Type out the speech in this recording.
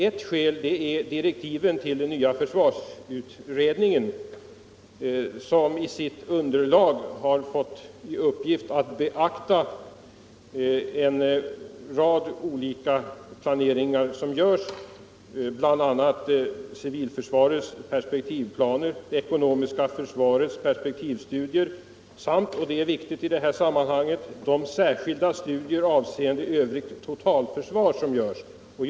Ett skäl är att den nya försvarsutredningen i sina direktiv har fått i uppgift att beakta en rad olika planeringar som görs, bl.a. civilförsvarets perspektivplaner, det ekonomiska försvarets perspektivstudier samt — och det är viktigt i sammanhanget — de särskilda studier avseende övrigt totalförsvar som också görs.